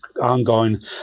ongoing